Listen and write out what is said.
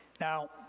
Now